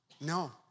No